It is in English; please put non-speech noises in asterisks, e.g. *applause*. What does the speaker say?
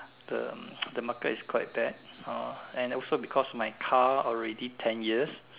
the *noise* the market is quite bad hor and also my car already ten years